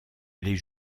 les